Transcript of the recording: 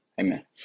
Amen